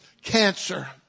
cancer